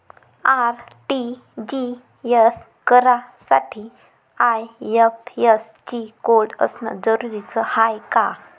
RTGS करासाठी IFSC code असनं जरुरीच हाय का?